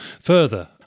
further